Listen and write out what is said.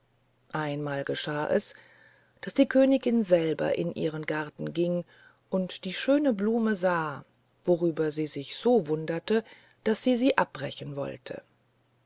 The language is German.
einmal geschah es daß die königin selber in ihren garten ging und die schöne blume sah worüber sie sich so verwunderte daß sie sie abbrechen wollte